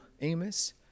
Amos